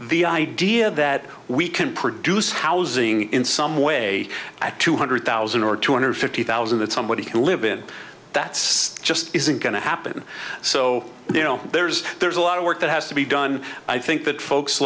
the idea that we can produce housing in some way at two hundred thousand or two hundred fifty thousand that somebody can live in that's just isn't going to happen so you know there's there's a lot of work that has to be done i think that folks